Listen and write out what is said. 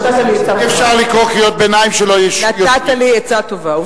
נתת לי עצה טובה.